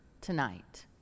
tonight